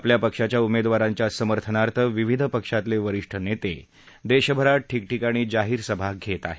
आपल्या पक्षाच्या उमेदवारांच्या समर्थनार्थ विविध पक्षातले वरिष्ठ नेते देशभरात ठिकठिकाणी जाहीरसभा घेत आहेत